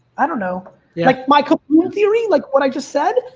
i don't know. like my kaboom theory, like what i just said,